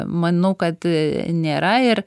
manau kad nėra ir